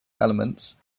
elements